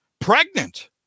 pregnant